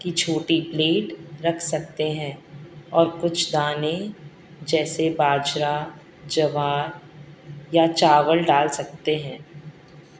کی چھوٹی پلیٹ رکھ سکتے ہیں اور کچھ دانے جیسے باجرا جوار یا چاول ڈال سکتے ہیں